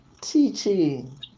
Teaching